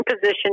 position